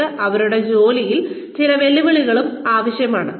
അവർക്ക് അവരുടെ ജോലിയിൽ ചില വെല്ലുവിളികളും ആവശ്യമാണ്